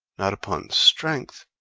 not upon strength,